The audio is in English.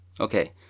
Okay